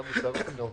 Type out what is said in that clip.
גם ל-CRS וגם לפטקא.